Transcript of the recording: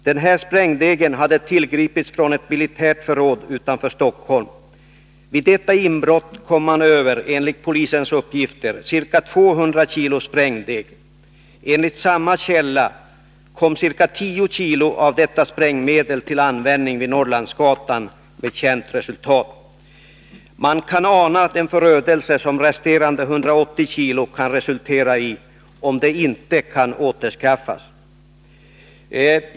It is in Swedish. Denna sprängdeg hade tillgripits från ett militärt förråd utanför Stockholm. Vid detta inbrott kom man enligt polisens uppgifter över ca 200 kg sprängdeg. Enligt samma källa kom ca 10 kg av detta sprängmedel till användning vid Norrlandsgatan, med känt resultat. Man kan ana den förödelse som resterande 190 kg kan resultera i om de inte kan återskaffas.